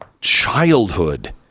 childhood